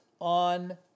on